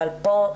אבל פה,